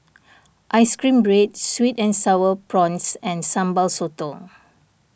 Ice Cream Bread Sweet and Sour Prawns and Sambal Sotong